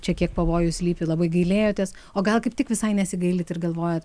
čia kiek pavojų slypi labai gailėjotės o gal kaip tik visai nesigailit ir galvojat